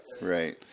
right